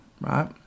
right